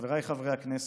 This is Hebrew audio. חבריי חברי הכנסת,